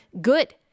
good